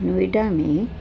नोएडा में